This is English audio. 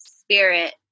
spirit